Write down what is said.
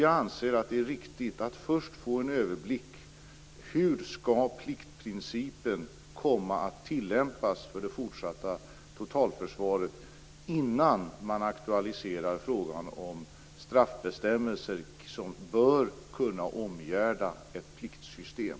Jag anser att det är riktigt att man får en överblick av hur pliktprincipen för det fortsatta totalförsvaret skall komma att tillämpas innan man aktualiserar frågan om straffbestämmelser, som bör kunna omgärda ett pliktsystem.